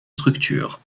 structures